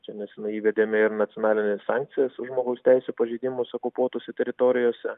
čia nesenai įvedėme ir nacionalines sankcijas už žmogaus teisių pažeidimus okupuotose teritorijose